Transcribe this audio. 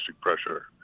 pressure